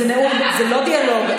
זה לא דיאלוג.